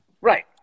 Right